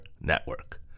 network